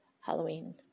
Halloween